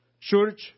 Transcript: Church